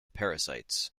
parasites